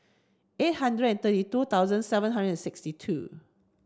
eight hundred and thirty two thousand seven hundred sixty two